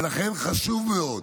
ולכן, חשוב מאוד